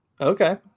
Okay